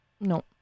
No